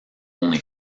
only